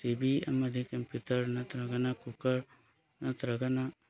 T V ꯑꯃꯗꯤ ꯀꯝꯄꯨꯇꯔꯅ ꯅꯠꯇ꯭ꯔꯒꯅ ꯀꯨꯀꯔ ꯅꯠꯇ꯭ꯔꯒꯅ